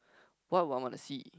what will I want to see